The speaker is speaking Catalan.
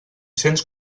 cents